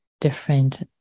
different